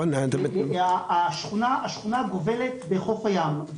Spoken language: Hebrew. השכונה גובלת בחוף הים.